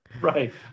Right